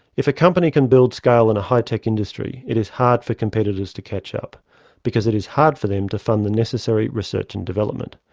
if a company can build scale in a high-tech industry, it is hard for competitors to catch up because it is hard for them to fund the necessary research and development.